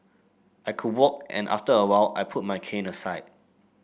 I could walk and after a while I put my cane aside